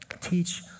teach